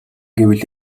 гэвэл